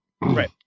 Right